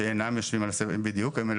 בדיוק, שאינם יושבים.